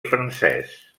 francès